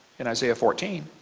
in isaiah fourteen.